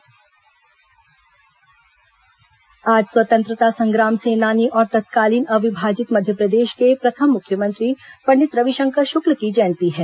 रविशंकर शुक्ल जयंती आज स्वतंत्रता संग्राम सेनानी और तत्कालीन अविभाजित मध्यप्रदेश के प्रथम मुख्यमंत्री पंडित रविशंकर शुक्ल की जयंती है